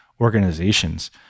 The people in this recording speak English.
organizations